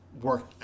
work